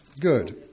Good